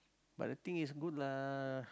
but the thing is good lah